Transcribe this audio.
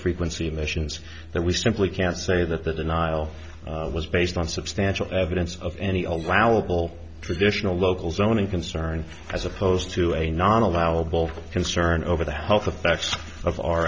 frequency emissions that we simply can't say that the denial was based on substantial evidence of any allowable traditional local zoning concern as opposed to a non allowable concern over the health effects of our